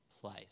place